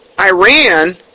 Iran